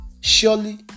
Surely